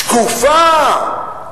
שקופה.